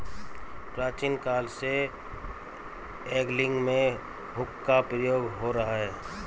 प्राचीन काल से एंगलिंग में हुक का प्रयोग हो रहा है